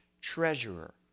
treasurer